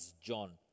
John